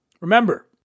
Remember